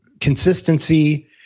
consistency